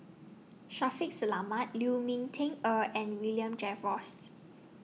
Shaffiq Selamat Lu Ming Teh Earl and William Jervois's